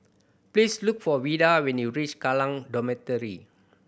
please look for Vida when you reach Kallang Dormitory